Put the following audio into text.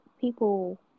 people